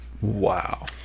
Wow